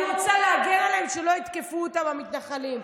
אני רוצה להגן עליהם, שלא יתקפו אותם המתנחלים.